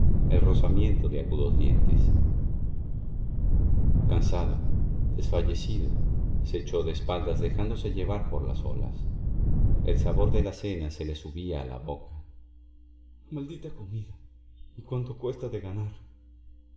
el rozamiento de agudos dientes cansado desfallecido se echó de espaldas dejándose llevar por las olas el sabor de la cena le subía a la boca maldita comida y cuánto cuesta de ganar